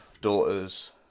daughters